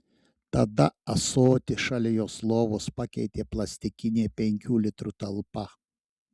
tada ąsotį šalia jos lovos pakeitė plastikinė penkių litrų talpa